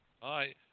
Hi